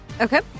Okay